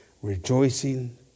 rejoicing